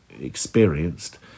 experienced